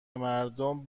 مردم